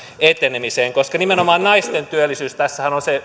etenemisen koska nimenomaan naisten työllisyyshän tässä on on se